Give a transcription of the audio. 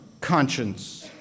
conscience